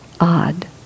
odd